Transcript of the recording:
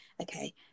okay